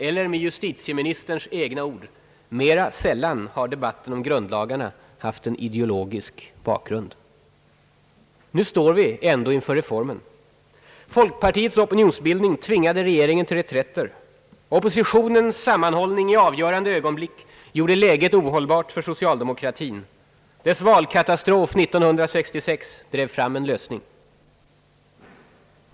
Eller med justitieministerns egna ord: mera sällan har debatten om grundlagarna »haft en ideologisk bakgrund». Nu står vi ändå inför reformen. Folkpartiets opinionsbildning tvingade regeringen till reträtter, oppositionens sammanhållning i avgörande ögonblick gjorde läget ohållbart för socialdemokratin, dess valkatastrof 1966 drev fram en lösning.